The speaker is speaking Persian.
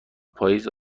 پاییز